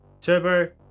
Turbo